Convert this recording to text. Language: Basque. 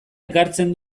ekartzen